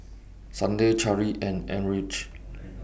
Sunday Cari and Enrique